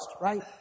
right